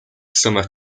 summer